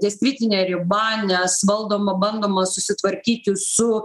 ties kritine riba nes valdoma bandoma susitvarkyti su